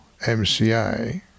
MCA